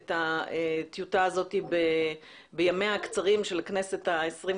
את הטיוטה הזאת בימיה הקצרים של הכנסת ה-21,